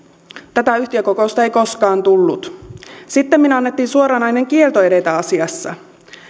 tätä yhtiökokousta ei koskaan tullut sittemmin annettiin suoranainen kielto edetä asiassa